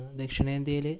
ദക്ഷിണേന്ത്യയിൽ